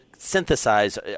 synthesize